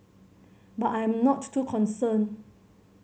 but I am not too concerned